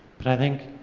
but i think,